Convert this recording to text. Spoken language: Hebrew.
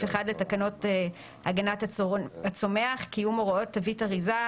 1 לתקנות הגנת הצומח (קיום הוראות תווית אריזה),